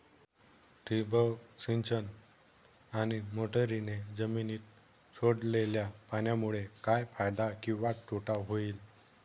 ठिबक सिंचन आणि मोटरीने जमिनीत सोडलेल्या पाण्यामुळे काय फायदा किंवा तोटा होईल?